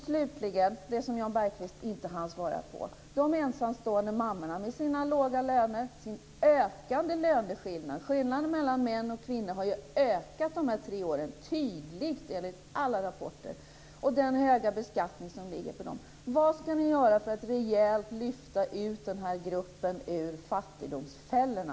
Slutligen till det som Jan Bergqvist inte hann svara på: de ensamstående mammorna med sina låga löner, ökande löneskillnader - skillnaden mellan män och kvinnor har tydligt ökat under de här tre åren enligt alla rapporter - och den höga beskattning som ligger på dem. Vad ska ni göra för att rejält lyfta ut den här gruppen ur fattigdomsfällorna?